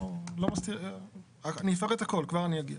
נפתח את הכול, כבר אני אגיע.